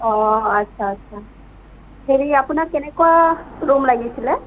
অ' আচ্ছা আচ্ছা হেৰি আপোনাক কেনেকুৱা ৰুম লাগিছিল